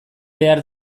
behar